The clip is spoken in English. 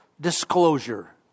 disclosure